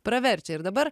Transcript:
praverčia ir dabar